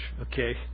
okay